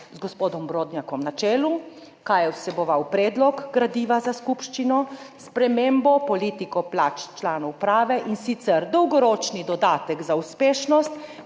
z gospodom Brodnjakom na čelu. Kaj je vseboval predlog gradiva za skupščino? Spremembo politike plač članov uprave, in sicer dolgoročni dodatek za uspešnost,